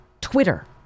Twitter